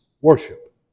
worship